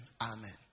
amen